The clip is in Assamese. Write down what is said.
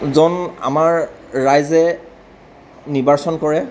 জন আমাৰ ৰাইজে নিৰ্বাচন কৰে